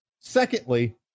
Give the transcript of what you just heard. Secondly